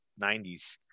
90s